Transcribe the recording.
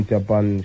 Japan